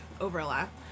overlap